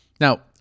Now